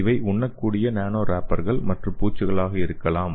இவை உண்ணக்கூடிய நானோ ரேப்பர்கள் மற்றும் பூச்சுகளாக இருக்கலாம்